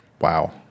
wow